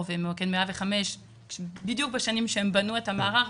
וממוקד 105 בדיוק בשנים שהם בנו את המערך.